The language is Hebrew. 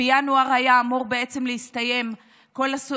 בינואר היה אמור בעצם להסתיים כל,